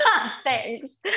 Thanks